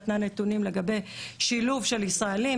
נתנה נתונים לגבי שילוב של ישראלים.